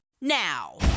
now